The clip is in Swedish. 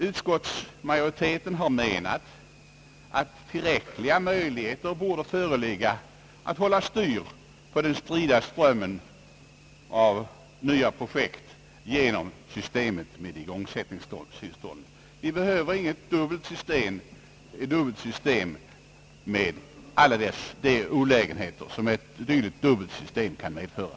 Utskottsmajoriteten har menat, att tillräckliga möjligheter torde föreligga att hålla styr på den strida strömmen av nya projekt genom systemet med igångsättningstillstånd. Vi behöver inte något dubbel system med alla de olägenheter ett sådant system kan medföra.